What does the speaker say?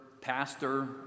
pastor